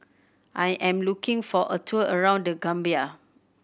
I am looking for a tour around The Gambia